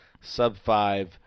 sub-five